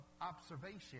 observation